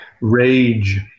Rage